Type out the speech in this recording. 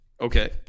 Okay